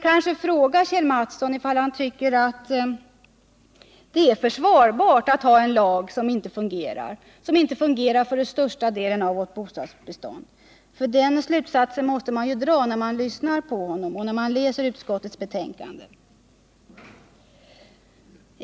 Tycker Kjell Mattsson att det är försvarbart med en lag, som inte fungerar för den största delen av vårt bostadsbestånd? Den slutsatsen måste man dra, när man lyssnar på honom och läser utskottets betänkande.